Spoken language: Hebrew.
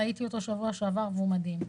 ראיתי אותו בשבוע שעבר והוא מדהים.